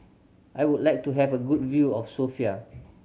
I would like to have a good view of Sofia